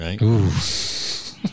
right